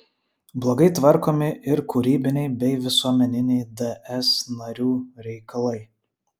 blogai tvarkomi ir kūrybiniai bei visuomeniniai ds narių reikalai